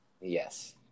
Yes